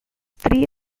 three